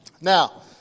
Now